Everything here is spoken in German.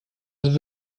etwas